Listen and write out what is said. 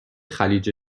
خلیج